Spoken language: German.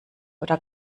oder